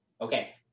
okay